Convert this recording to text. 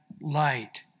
light